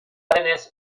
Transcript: denez